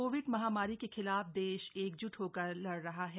Covid महामारी के खिलाफ देश एकजुट होकर लड़ रहा है